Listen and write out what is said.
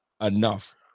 enough